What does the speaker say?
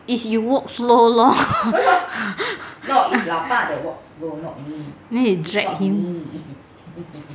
is you walk slow lor then you drag him